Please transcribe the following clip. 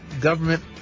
government